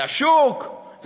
לשוק,